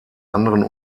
anderen